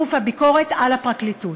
גוף הביקורת על הפרקליטות.